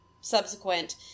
subsequent